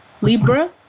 Libra